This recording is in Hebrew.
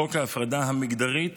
חוק ההפרדה המגדרית